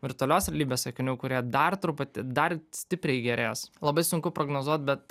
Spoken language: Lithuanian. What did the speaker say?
virtualios realybės akinių kurie dar truputį dar stipriai gerės labai sunku prognozuot bet